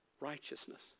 Righteousness